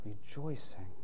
Rejoicing